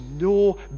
no